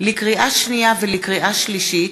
לקריאה שנייה ולקריאה שלישית: